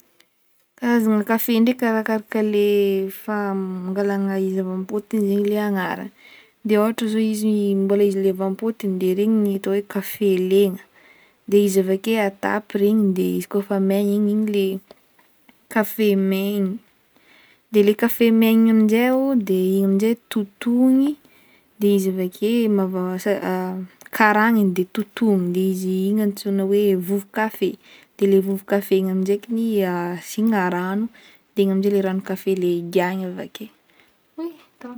Karazagna kafe ndraiky arakaraka le fangalana izy avy ampotony zegny le agnarany de ohatra zao izy mbola le izy avy ampotony de regny atao hoe kafe legna de izy avake atapy regny de izy ko efa megny igny le kafe maigny de le kafe megna igny aminjay o de igny njay totogny de izy avake a-karagniny de totogno de izy igny antsona hoe vovo-kafe de le vovo kafe igny amjaikiny asigna rano de igny amjay le rano kafe de higiahina avake.